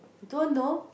don't know